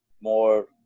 more